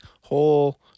whole